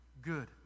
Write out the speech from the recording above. good